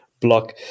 block